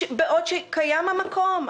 בעוד שקיים המקום,